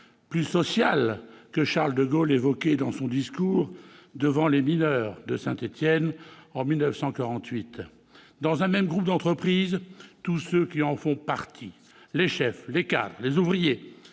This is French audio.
plus sociale que Charles de Gaulle évoquait dans son discours devant les mineurs de Saint-Étienne en 1948 :« Dans un même groupe d'entreprises, tous ceux qui en font partie, les chefs, les cadres, les ouvriers